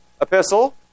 Epistle